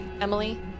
Emily